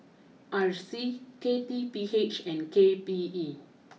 R C K T P H and K P E